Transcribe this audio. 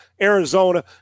Arizona